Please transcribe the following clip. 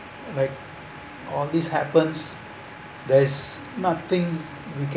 like all these happen there is nothing we can